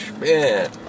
man